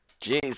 Jesus